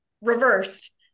reversed